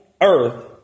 earth